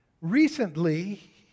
Recently